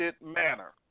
manner